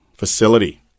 facility